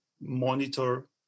monitor